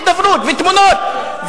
הידברות ותמונות,